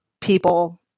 people –